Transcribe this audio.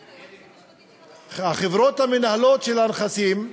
שהחברות המנהלות של הנכסים,